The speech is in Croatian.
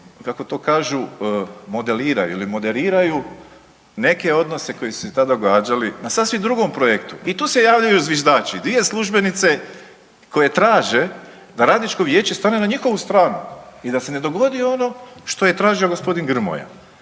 kažu modeliraju ili moderiraju neke odnose koji su se tada događali na sasvim drugom projektu i tu se javljaju zviždači. Dvije službenice koje traže da radničko vijeće stane na njihovu stranu i da se ne dogodi ono što je tražio g. Grmoja.